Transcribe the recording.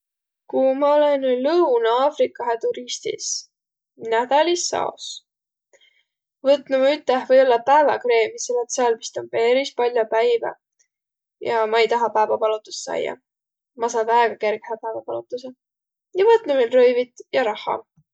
Ku ma lännüq Lõuna-Aafrikahe turistis nädälis aos, võtnuq ma üteh või-ollaq pääväkreemi, selle et sääl vist om peris pall'o päivä ja ma ei tahaq pääväpalotust saiaq. Ma saa väega kergehe pääväpalotuisi. Ja võtnuq viil rõivit ja rahha.